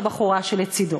את הבחורה שלצדו.